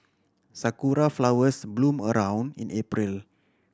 sakura flowers bloom around in April